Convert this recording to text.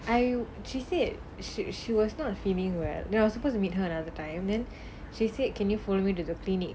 I she said she she was not feeling well then I was supposed to meet her another time then she said can you follow me to the clinic